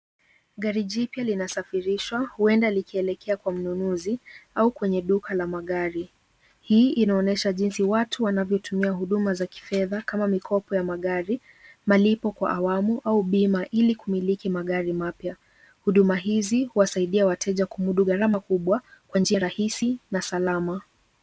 Gari jipya linasafirishwa huenda likielekea kwa mnunuzi au kwenye duka la magari. Hii inaonyesha jinsi watu wanavyotumia huduma za kifedha kama mikopo ya magari, malipo kwa awamu au bima ili kumiliki magari mapya. Huduma hizi huwasaidia wateja kumudu gharama kubwa kwa njia rahisi na salama.